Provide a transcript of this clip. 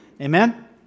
Amen